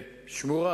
בשמורה